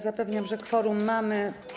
Zapewniam, że kworum mamy.